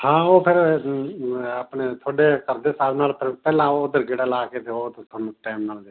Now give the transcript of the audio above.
ਹਾਂ ਉਹ ਫਿਰ ਆਪਣੇ ਤੁਹਾਡੇ ਸਭ ਦੇ ਹਿਸਾਬ ਨਾਲ ਪਹਿਲਾਂ ਉਹ ਉੱਧਰ ਗੇੜਾ ਲਾ ਕੇ ਅਤੇ ਉਹ 'ਤੇ ਤੁਹਾਨੂੰ ਟੈਮ ਨਾਲ